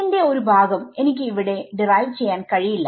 ഇതിന്റെ ഒരു ഭാഗം എനിക്ക് ഇവിടെ ഡിറൈവ് ചെയ്യാൻ കഴിയില്ല